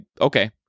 Okay